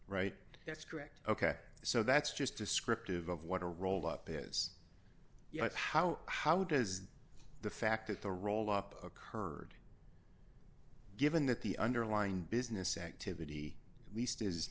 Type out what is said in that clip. right that's correct ok so that's just descriptive of what a roll up is yet how how does the fact that the roll up occurred given that the underlying business activity at least is